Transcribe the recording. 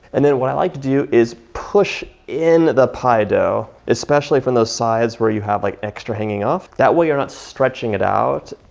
and then what i like to do is push in the pie dough, especially from those sides where you have like extra hanging off. that way you're not stretching it out.